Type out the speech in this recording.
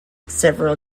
several